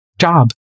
job